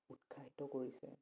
উৎসাহিত কৰিছে